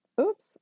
Oops